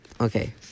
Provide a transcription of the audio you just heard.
okay